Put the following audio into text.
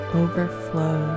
overflow